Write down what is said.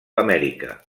amèrica